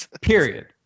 period